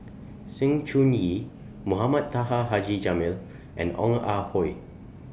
Sng Choon Yee Mohamed Taha Haji Jamil and Ong Ah Hoi